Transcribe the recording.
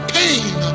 pain